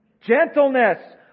gentleness